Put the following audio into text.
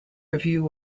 review